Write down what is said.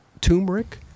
turmeric